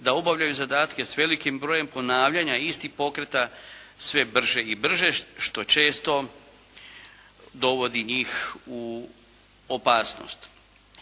da obavljaju zadatke s velikim brojem ponavljanja istih pokreta sve brže i brže što često dovodi njih u opasnost.